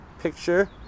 picture